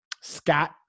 Scott